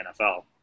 NFL